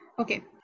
Okay